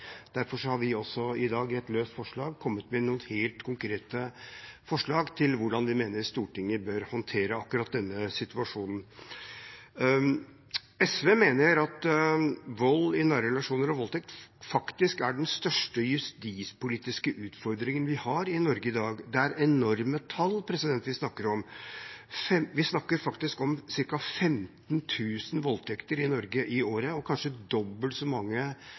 Derfor har vi i dag kommet med noen helt konkrete løse forslag til hvordan vi mener Stortinget bør håndtere akkurat denne situasjonen. SV mener at vold i nære relasjoner og voldtekt faktisk er den største justispolitiske utfordringen vi har i Norge i dag. Det er enorme tall vi snakker om. Vi snakker faktisk om ca. 15 000 voldtekter i Norge i året, og kanskje dobbelt så mange